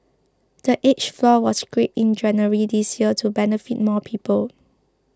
the age floor was scrapped in January this year to benefit more people